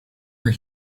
are